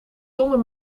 zonder